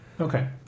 Okay